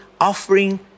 offering